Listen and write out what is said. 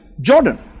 Jordan